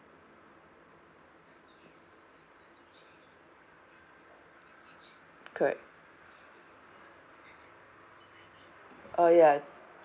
correct oh ya